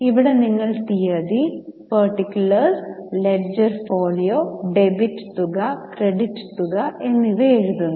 ഇവിടെ നിങ്ങൾ തീയതി പാർട്ടിക്കലർ ലെഡ്ജർ ഫോളിയോ ഡെബിറ്റ് തുക ക്രെഡിറ്റ് തുക എന്നിവ എഴുതുന്നു